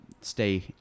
stay